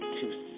two